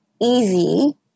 easy